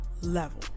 level